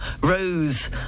rose